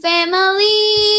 Family